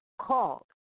called